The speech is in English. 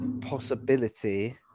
possibility